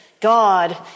God